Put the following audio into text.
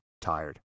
tired